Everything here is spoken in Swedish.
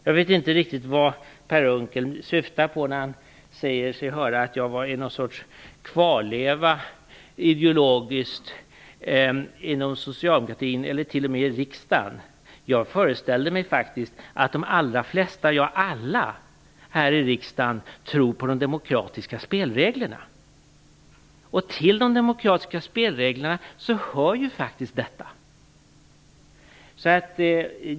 Jag vet inte riktigt vad Per Unckel syftar på när han säger sig höra att jag ideologiskt är någon sorts kvarleva inom Socialdemokraterna eller t.o.m. i riksdagen. Jag föreställer mig faktiskt att de allra flesta här i riksdagen ja, alla - tror på de demokratiska spelreglerna. Och till de demokratiska spelreglerna hör faktiskt detta.